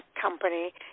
company